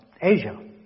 Asia